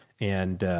and,